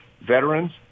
veterans